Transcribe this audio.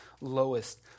lowest